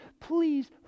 please